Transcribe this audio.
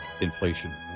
inflation